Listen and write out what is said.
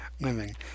living